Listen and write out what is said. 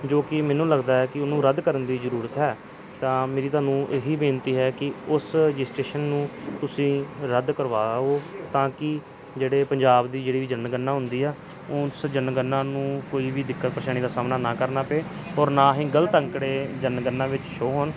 ਜੋ ਕਿ ਮੈਨੂੰ ਲੱਗਦਾ ਹੈ ਕਿ ਉਹਨੂੰ ਰੱਦ ਕਰਨ ਦੀ ਜ਼ਰੂਰਤ ਹੈ ਤਾਂ ਮੇਰੀ ਤੁਹਾਨੂੰ ਇਹ ਹੀ ਬੇਨਤੀ ਹੈ ਕਿ ਉਸ ਰਜਿਸਟ੍ਰੇਸ਼ਨ ਨੂੰ ਤੁਸੀਂ ਰੱਦ ਕਰਵਾ ਆਓ ਤਾਂ ਕਿ ਜਿਹੜੇ ਪੰਜਾਬ ਦੀ ਜਿਹੜੀ ਵੀ ਜਨਗਣਨਾ ਹੁੰਦੀ ਆ ਉਸ ਜਨਗਣਨਾ ਨੂੰ ਕੋਈ ਵੀ ਦਿੱਕਤ ਪਰੇਸ਼ਾਨੀ ਦਾ ਸਾਹਮਣਾ ਨਾ ਕਰਨਾ ਪਵੇ ਔਰ ਨਾ ਹੀ ਗਲਤ ਅੰਕੜੇ ਜਨਗਣਨਾ ਵਿੱਚ ਸ਼ੋਅ ਹੋਣ